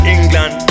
England